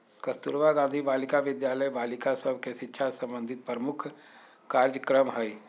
कस्तूरबा गांधी बालिका विद्यालय बालिका सभ के शिक्षा से संबंधित प्रमुख कार्जक्रम हइ